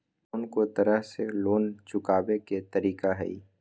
कोन को तरह से लोन चुकावे के तरीका हई?